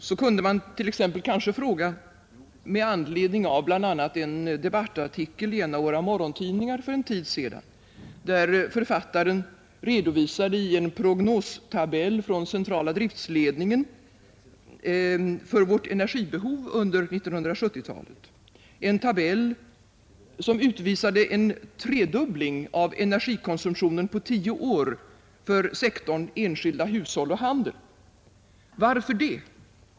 Så kunde man t.ex. fråga med anledning av bl.a. en debattartikel i en av våra morgontidningar för en tid sedan, där författaren redovisade en prognostabell från centrala driftledningen för vårt energibehov under 1970-talet, en tabell som utvisade en tredubbling av energikonsumtionen på tio år för sektorn enskilda hushåll och handel: Varför det?